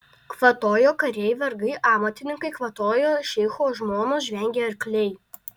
kvatojo kariai vergai amatininkai kvatojo šeicho žmonos žvengė arkliai